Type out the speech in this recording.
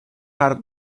hard